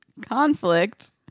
conflict